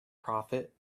prophet